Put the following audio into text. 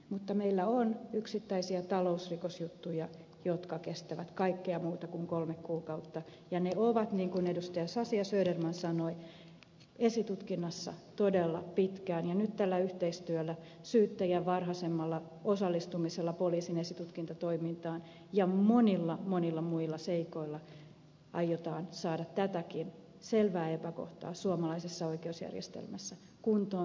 mutta meillä on yksittäisiä talousrikosjuttuja jotka kestävät kaikkea muuta kuin kolme kuukautta ja ne ovat niin kuin edustajat sasi ja söderman sanoivat esitutkinnassa todella pitkään ja nyt tällä yhteistyöllä syyttäjän varhaisemmalla osallistumisella poliisin esitutkintatoimintaan ja monilla monilla muilla seikoilla aiotaan saada tätäkin selvää epäkohtaa suomalaisessa oikeusjärjestelmässä kuntoon